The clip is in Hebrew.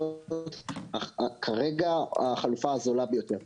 כרגע החלופה הזולה ביותר.